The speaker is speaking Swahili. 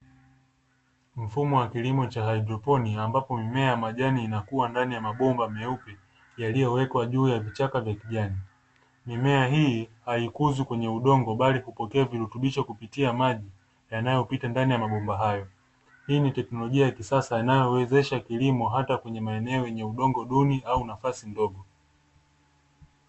Mfumo wa kilimo cha haidroponi ambapo mimea ya majani inakuwa ndani ya mabomba meupe yaliyowekwa juu ya vichaka vya kijani. Mimea hii haikuzwi kwenye udongo bali kupokea virutubisho kupitia maji yanayopita ndani ya mabomba hayo. Hii ni teknolojia ya kisasa inayowezesha kilimo hata kwenye maeneo yenye udongo duni au nafasi ndogo.